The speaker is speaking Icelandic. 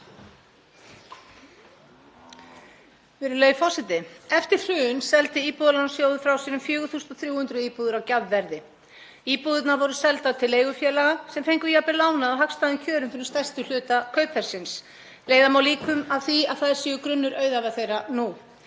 Virðulegi forseti. Eftir hrun seldi Íbúðalánasjóður frá sér um 4.300 íbúðir á gjafverði. Íbúðirnar voru seldar til leigufélaga sem fengu jafnvel lánað á hagstæðum kjörum fyrir stærstum hluta kaupverðsins. Leiða má líkum að því að þær séu grunnur auðæva þeirra nú.